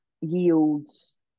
yields